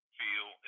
feel